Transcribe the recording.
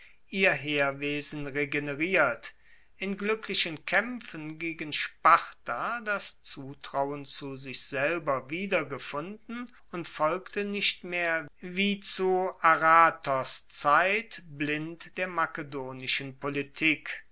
ihr heerwesen regeneriert in gluecklichen kaempfen gegen sparta das zutrauen zu sich selber wiedergefunden und folgte nicht mehr wie zu aratos zeit blind der makedonischen politik